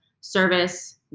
service